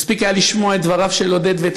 מספיק היה לשמוע את דבריו של עודד ואת